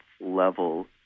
level